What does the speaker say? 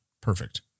Perfect